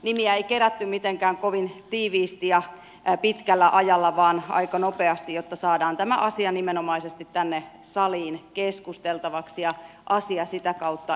nimiä ei kerätty mitenkään kovin tiiviisti ja pitkällä ajalla vaan aika nopeasti jotta saadaan tämä asia nimenomaisesti tänne saliin keskusteltavaksi ja asia sitä kautta esille